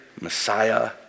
Messiah